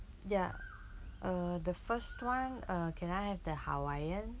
ya uh the first [one] uh can I have the hawaiian